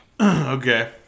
Okay